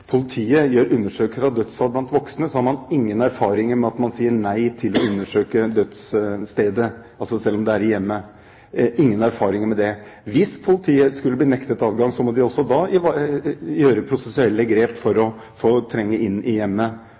politiet gjør undersøkelser av dødsfall blant voksne, har man ingen erfaring med at man sier nei til å undersøke dødsstedet, selv om det er i hjemmet. Man har ingen erfaring med det. Hvis politiet skulle bli nektet adgang, må de også da gjøre prosessuelle grep for å få trenge inn i hjemmet